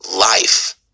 life